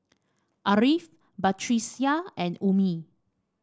Ariff Batrisya and Ummi